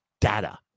data